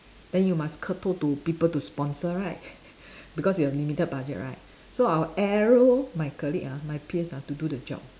then you must kowtow to people to sponsor right because you have limited budget right so I will arrow my colleague ah my peers ah to do the job